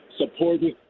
supporting